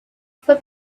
fue